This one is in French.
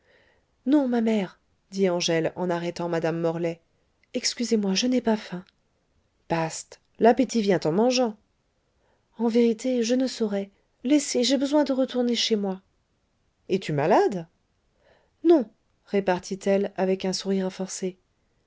non ma mère dit angèle en arrêtant madame morlaix excusez-moi je n'ai pas faim bast l'appétit vient en mangeant en vérité je ne saurais laissez j'ai besoin de retourner chez moi es-tu malade non répartit elle avec un sourire forcé